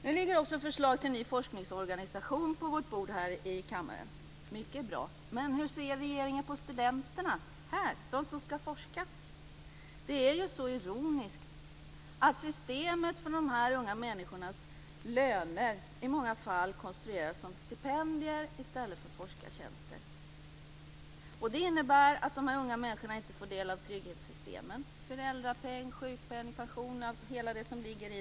Nu ligger det också ett förslag till ny forskningsorganisation på vårt bord här i kammaren. Mycket är bra. Men hur ser regeringen på studenterna, de som ska forska? Det är ju så ironiskt att systemet för dessa unga människors löner i många fall är konstruerade som stipendier i stället för som forskartjänster. Det innebär att de unga människorna inte får del av trygghetssystemen - föräldrapeng, sjukpenning och pension.